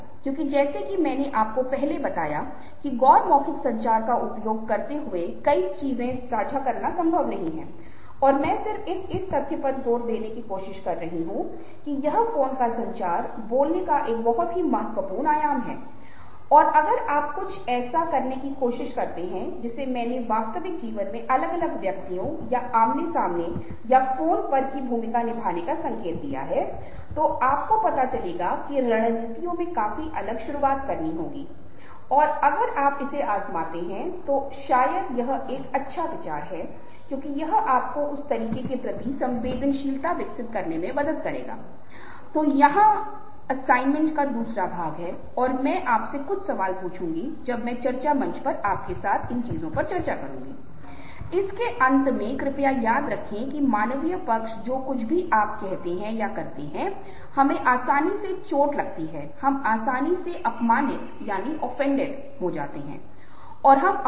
अब जैसा कि मैंने आपको बताया कि छल कुछ ऐसा है जिस पर हम काम कर रहे हैं हमारे पास आपके लिए ऑनलाइन चीजें हैं और मुझे यकीन है कि आप उन्हें कर रहे हैं लेकिन इससे भी महत्वपूर्ण यह है कि चेहरे की भावनाओं पर यह छोटी सी प्रस्तुति मुझे आशा है कि एक निश्चित रास्ता तय करेगी की किसी और की भावनाओं को पहचानना कितना मुश्किल है इससे संबंधित कुछ मुद्दों को स्पष्ट करती है और मुझे उम्मीद है कि अगले अंक से मुझे आशा है कि अगली बार जब आप किसी को देखेंगे या आप किसी ऐसे व्यक्ति को देखेंगे जिसे आप इन परिवर्तनों के लिए बहुत ध्यान से चेहरे के अलग अलग हिस्सों को देखेंगे